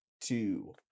two